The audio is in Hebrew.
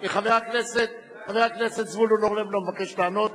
הדיון המרתק מי יכול להישאר חבר הליכוד ומי יצטרך לעזוב,